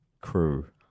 crew